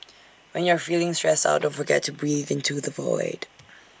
when you are feeling stressed out don't forget to breathe into the void